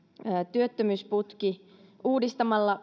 työttömyysputki uudistamalla